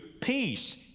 peace